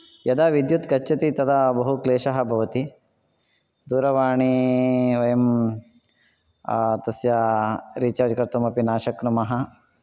यदा विद्युत् गच्छति तदा बहु क्लेशः भवति दूरवाणी वयं तस्य रिचार्ज् कर्तुं अपि न शक्नुमः